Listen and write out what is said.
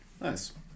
Nice